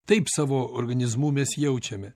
taip savo organizmu mes jaučiame